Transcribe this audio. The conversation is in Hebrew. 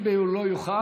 ואם לא יוכל,